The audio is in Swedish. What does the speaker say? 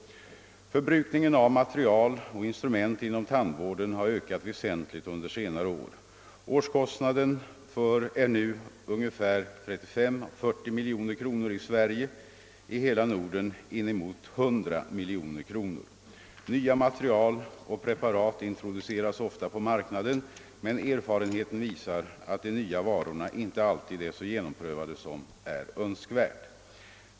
Förbrukningen av material och instrument inom tandvården har ökat väsentligt under senare år. Årskostnaden är nu ungefär 35—40 miljoner kronor i Sverige, i hela Norden inemot 100 miljoner kronor. Nya material och preparat introduceras ofta på marknaden, men erfarenheten visar att de nya va rorna inte alltid är så genomprövade som är önskvärt.